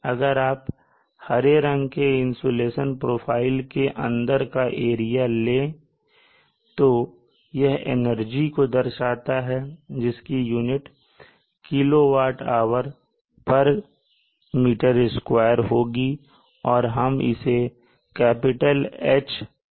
अगर आप हरे रंग के इंसुलेशन प्रोफाइल के अंदर का एरिया ले तो यह एनर्जी को दर्शाता है जिसकी unit kilo watt hour square metre kWhrm2 होगी और हम इसे "H" से दर्शाते हैं